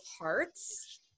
hearts